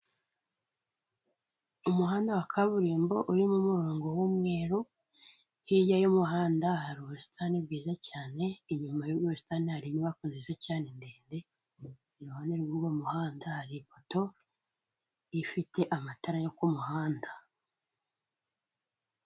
Umuhanda wa kaburimbo urimo umurongo w'umweru, hirya y'umuhanda hari ubusitani bwiza cyane, inyuma y'ubwo busitani hari inyubako nziza cyane ndende, iruhande rw'uwo muhanda hari ipoto ifite amatara yo ku muhanda.